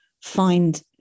find